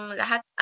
lahat